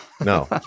No